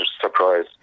surprise